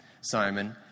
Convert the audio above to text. Simon